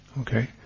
Okay